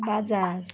Bajaj